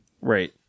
Right